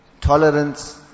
tolerance